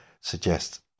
suggest